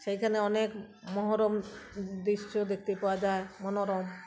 সেইখানে অনেক মনোরম দৃশ্য দেখতে পাওয়া যায় মনোরম